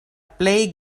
plej